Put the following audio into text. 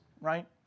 right